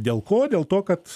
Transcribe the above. dėl ko dėl to kad